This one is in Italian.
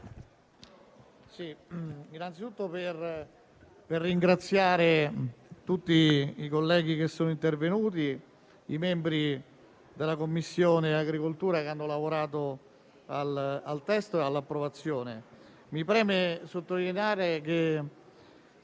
innanzitutto per ringraziare tutti i colleghi che sono intervenuti e i membri della Commissione agricoltura che hanno lavorato al testo, ai fini della sua approvazione. Mi preme sottolineare che